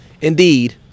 Indeed